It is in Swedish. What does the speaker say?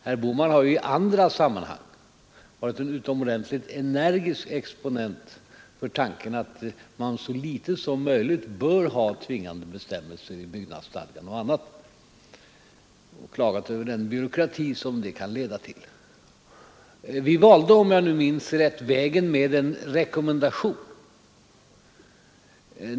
Herr Bohman har ju i andra sammanhang varit en utomordentligt energisk exponent för tanken att man bör ha så få tvingande bestämmelser som möjligt i byggnadsstadgan bl.a. och klagat över den byråkrati som det kan leda till. Vi valde, om jag minns rätt, en rekommendation.